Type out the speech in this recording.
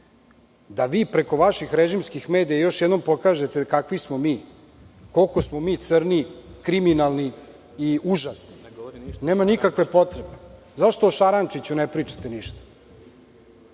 Da vi preko vaših režimskih medija još jednom pokažete kakvi smo mi, koliko smo mi crni, kriminalni i užasni? Nema nikakve potrebe. Zašto o Šarančiću ne pričate